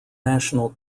national